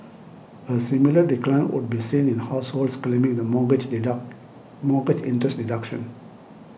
a similar decline would be seen in households claiming the mortgage mortgage interest deduction